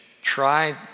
try